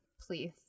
please